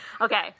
Okay